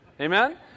Amen